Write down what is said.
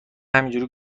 همینجوری